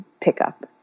pickup